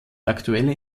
aktuelle